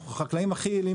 אנחנו החקלאים הכי יעילים,